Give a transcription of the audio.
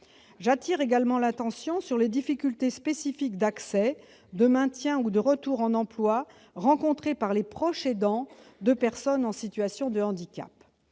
J'attire également l'attention sur les difficultés spécifiques d'accès, de maintien ou de retour en emploi rencontrées par les proches aidants de personnes en situation de handicap.